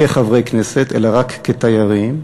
כחברי כנסת, אלא רק כתיירים.